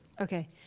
Okay